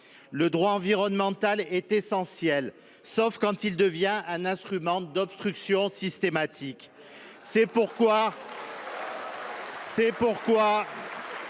Le droit environnemental est essentiel, sauf quand il devient un instrument d’obstruction systématique. C’est pourquoi